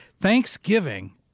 Thanksgiving